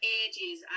ages